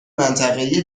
منطقهای